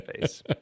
face